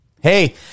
Hey